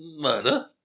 murder